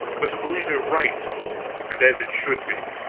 but to believe it right and as it should be.